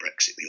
brexit